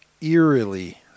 eerily